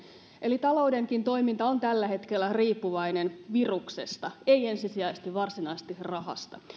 eli taloudenkin toiminta on tällä hetkellä riippuvainen viruksesta ei ensisijaisesti varsinaisesti rahasta